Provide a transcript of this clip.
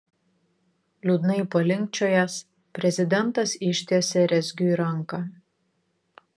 liūdnai palinkčiojęs prezidentas ištiesė rezgiui ranką